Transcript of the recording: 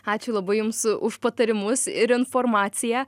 ačoū labai jums už patarimus ir informaciją